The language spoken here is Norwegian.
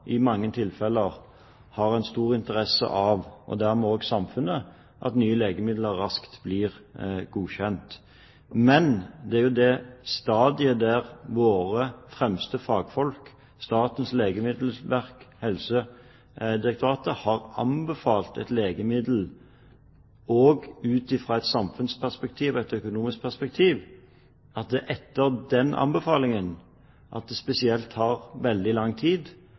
i mange tilfeller har stor interesse av at nye legemidler blir godkjent raskt. Men det er jo på det stadiet, etter at våre fremste fagfolk, Statens legemiddelverk og Helsedirektoratet, har anbefalt et legemiddel ut fra et samfunnsperspektiv og et økonomisk perspektiv, at det tar spesielt lang tid før et legemiddel f.eks. kommer inn på blå resept-ordningen. Det